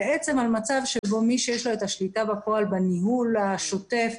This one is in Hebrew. מצב שבו מי שיש לו את השליטה בפועל בניהול השוטף,